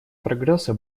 прогресса